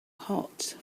hot